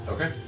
Okay